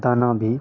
दाना भी